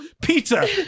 Pizza